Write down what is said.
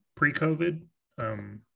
pre-COVID